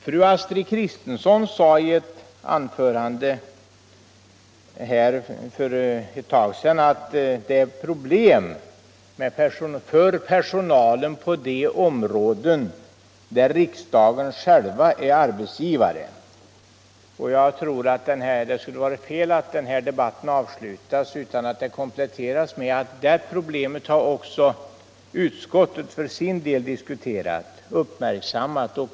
Fru Astrid Kristensson sade i ett anförande här för en stund sedan att det är problem för personalen på de områden där riksdagen själv är arbetsgivare. Jag tror att det skulle vara fel att den här debatten avslutades utan att detta kompletterades med att också utskottet för sin del har diskuterat och uppmärksammat det problemet.